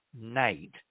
night